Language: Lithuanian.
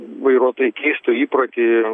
vairuotojai keistų įprotį